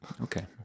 okay